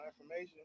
information